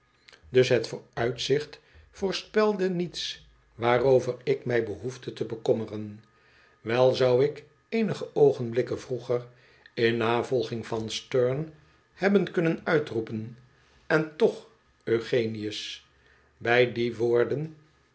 dus het vooruitzicht voorspelde niets waarover ik mij behoefde te bekommeren wel zou ik eenige oogenblikken vroeger in navolging van sterne hebben kunnen uitroepen en toch eugenius bij die woorden